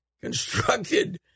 constructed